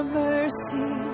mercy